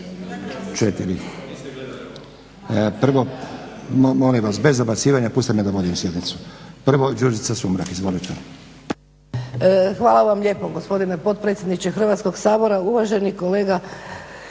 četiri. Prvo, molim vas! Bez dobacivanja. Pustite me da vodim sjednicu. Prvo Đurđica Sumrak, izvolite. **Sumrak, Đurđica (HDZ)** Hvala vam lijepo gospodine potpredsjedniče Hrvatskog sabora, uvaženi kolega